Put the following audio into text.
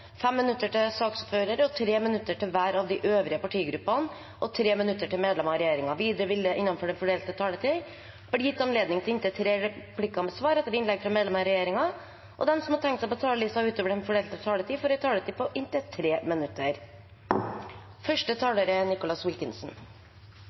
minutter til saksordføreren, 3 minutter til hver av de øvrige partigrupper og 3 minutter til medlemmer av regjeringen. Videre vil det – innenfor den fordelte taletid – bli gitt anledning til inntil tre replikker med svar etter innlegg fra medlemmer av regjeringen, og de som måtte tegne seg på talerlisten utover den fordelte taletid, får en taletid på inntil 3 minutter.